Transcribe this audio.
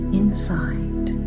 inside